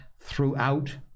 throughout